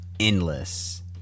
endless